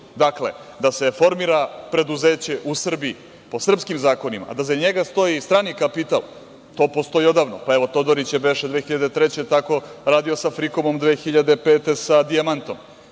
Dakle da se formira preduzeće u Srbiji po srpskim zakonima, a da iza njega stoji strani kapital, to postoji odavno. Pa, evo, Todorić je beše 2003. godine tako radio sa „Frikomom“, 2005. sa